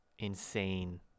insane